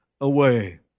away